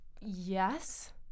Yes